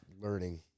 learning